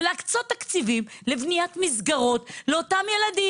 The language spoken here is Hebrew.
ולהקצות תקציבים לבניית מסגרות לאותם ילדים.